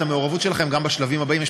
את המעורבות שלכם גם בשלבים הבאים.